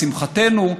לשמחתנו,